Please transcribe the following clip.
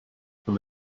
from